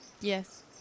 Yes